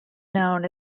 known